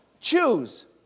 choose